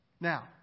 Now